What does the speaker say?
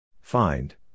Find